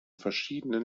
verschiedenen